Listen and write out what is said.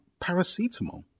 paracetamol